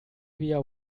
via